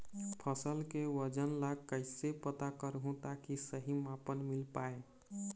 फसल के वजन ला कैसे पता करहूं ताकि सही मापन मील पाए?